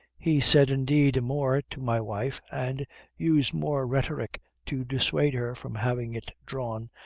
he said, indeed, more to my wife, and used more rhetoric to dissuade her from having it drawn,